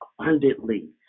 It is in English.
abundantly